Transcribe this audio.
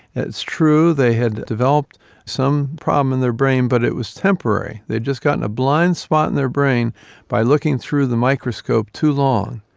it's true, they had developed some problem in their brain but it was temporary, they had just gotten a blind spot in their brain by looking through the microscope too long.